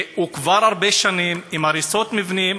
שהוא כבר הרבה שנים עם הריסות מבנים.